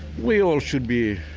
we all should be